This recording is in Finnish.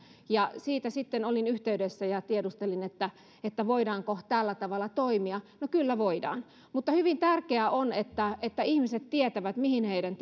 ja siitä sitten olin yhteydessä ja tiedustelin voidaanko tällä tavalla toimia no kyllä voidaan mutta hyvin tärkeää on että ihmiset tietävät mihin heidän